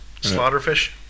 Slaughterfish